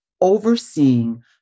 overseeing